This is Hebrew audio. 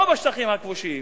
לא בשטחים הכבושים,